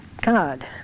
god